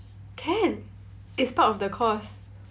can it's part of the course